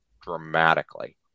dramatically